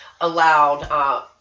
allowed